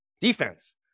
defense